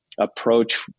approach